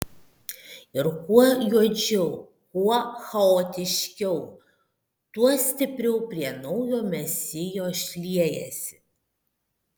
ir kuo juodžiau kuo chaotiškiau tuo stipriau prie naujo mesijo šliejasi